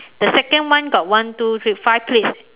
the second one got one two three five plates